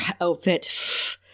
outfit